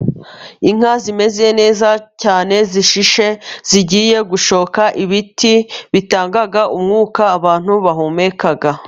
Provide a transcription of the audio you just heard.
Inka zimeze neza cyane zishishe zigiye gushoka, ibiti bitanga umwuka abantu bahumeka.